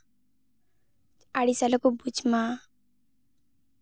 ᱟᱲᱤᱥ ᱟᱞᱚᱠᱚ ᱵᱩᱡᱽ ᱢᱟ